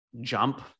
jump